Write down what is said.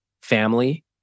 family